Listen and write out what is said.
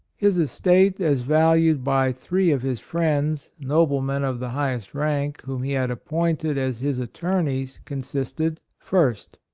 his estate as valued by three of his friends, noblemen of the highest rank, whom he had appointed as his attorneys, consisted first.